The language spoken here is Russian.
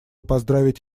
поздравить